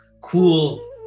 cool